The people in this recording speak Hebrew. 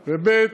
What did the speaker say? ב.